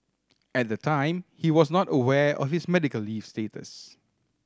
at the time he was not aware of his medical leave status